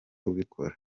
ubikora